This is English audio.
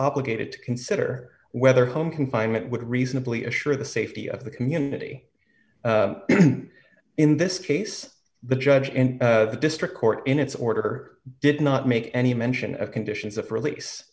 obligated to consider whether home confinement would reasonably assure the safety of the community in this case the judge and the district court in its order did not make any mention of conditions of release